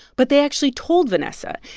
but they actually told vanessa,